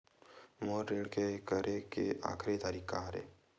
मोर ऋण के करे के आखिरी तारीक का हरे?